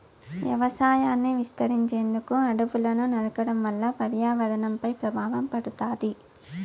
వ్యవసాయాన్ని విస్తరించేందుకు అడవులను నరకడం వల్ల పర్యావరణంపై ప్రభావం పడుతాది